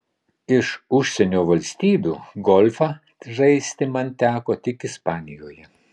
iš užsienio valstybių golfą žaisti man teko tik ispanijoje